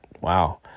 Wow